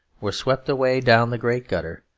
were swept away down the great gutter,